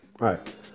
right